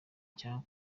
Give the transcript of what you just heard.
cyangwa